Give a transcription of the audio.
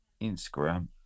instagram